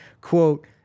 quote